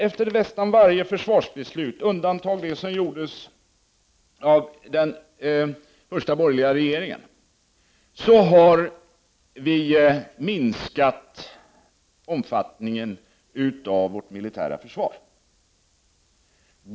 Efter nästan varje försvarsbeslut, undantaget det som fattades av den första borgerliga regeringen, har vi minskat omfattningen av vårt militära försvar.